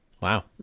Wow